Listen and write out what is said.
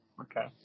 Okay